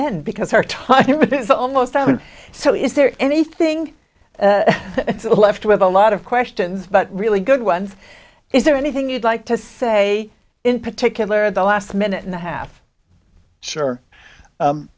end because our time it is almost zero and so is there anything left with a lot of questions but really good ones is there anything you'd like to say in particular the last minute and a half sure